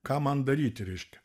ką man daryti reiškia